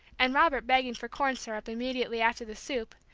and robert begging for corn syrup, immediately after the soup,